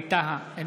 ווליד טאהא,